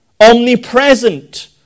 omnipresent